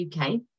UK